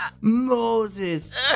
Moses